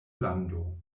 lando